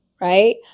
right